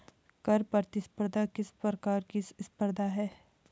कर प्रतिस्पर्धा किस प्रकार की स्पर्धा है?